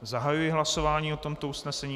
Zahajuji hlasování o tomto usnesení.